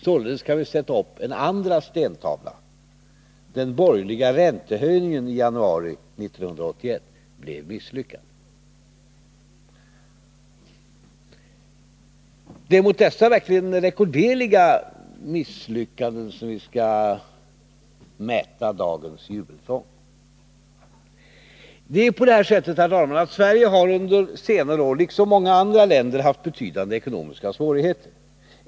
Således kan vi sätta upp en andra stentavla: Den borgerliga räntehöjningen i januari 1981 blev misslyckad. Det är mot dessa verkligt rekorderliga misslyckanden som vi skall mäta dagens jubelsång. Sverige har under senare år, liksom många andra länder, haft betydande ekonomiska svårigheter.